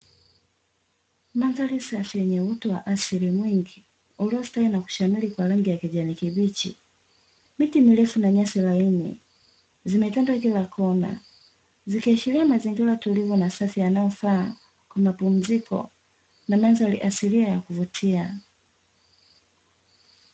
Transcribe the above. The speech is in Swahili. Mandhari safi yenye uoto wa asili mwingi uliostawi na kushamiri kwa rangi ya kijani kibichi, miti mirefu na nyasi laini zimetanda kila kona, zikiashiria mazingira tulivu na safi yanayofaa kwa mapumziko na mandhari asilia yakuvutia.